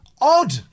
odd